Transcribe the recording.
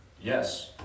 yes